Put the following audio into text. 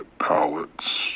pallets